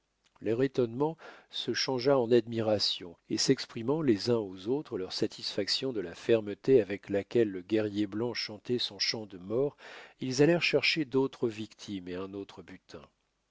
leur étonnement se changea en admiration et s'exprimant les uns aux autres leur satisfaction de la fermeté avec laquelle le guerrier blanc chantait son chant de mort ils allèrent chercher d'autres victimes et un autre butin